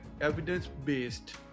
evidence-based